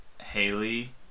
Haley